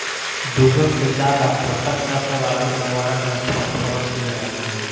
दुगो से ज्यादा पोषक तत्व वाला उर्वरक में फॉस्फोरस भी रहेला